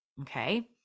Okay